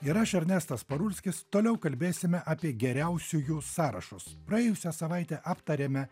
ir aš ernestas parulskis toliau kalbėsime apie geriausiųjų sąrašus praėjusią savaitę aptarėme